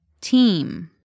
Team